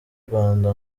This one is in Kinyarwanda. rwanda